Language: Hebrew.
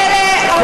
אבל אלה העובדות.